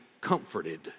comforted